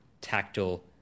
tactile